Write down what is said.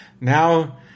Now